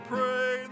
Pray